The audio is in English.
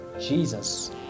Jesus